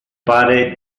pare